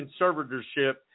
conservatorship